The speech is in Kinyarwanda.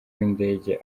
w’indege